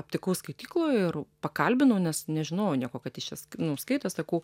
aptikau skaitykloje ir pakalbinau nes nežinojau nieko kad jis čia sk nu ir skaitė sakau